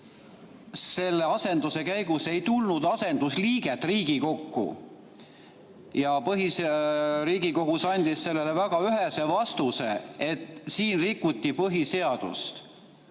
selle asenduse käigus ei tulnud asendusliiget Riigikokku. Riigikohus andis sellele väga ühese vastuse: siin rikuti põhiseadust.